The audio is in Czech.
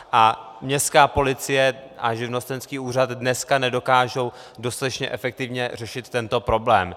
A městská policie a živnostenský úřad dneska nedokážou dostatečně efektivně řešit tento problém.